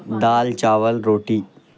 دال چاول روٹی